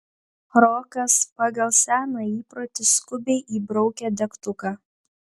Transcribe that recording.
rokas pagal seną įprotį skubiai įbraukė degtuką